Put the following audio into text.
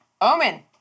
Omen